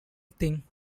thing